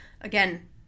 again